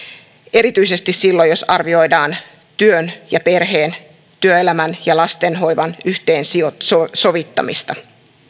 erityisesti silloin jos arvioidaan työn ja perheen työelämän ja lasten hoivan yhteensovittamista